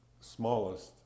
smallest